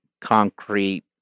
concrete